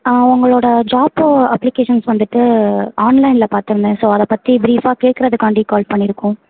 உங்களோட job applications வந்துவிட்டு ஆன்லைனில் பார்த்துருந்தேன் ஸோ அதை பற்றி பிரீஃபாக கேட்கறதுக்காண்டி கால் பண்ணியிருக்கோம்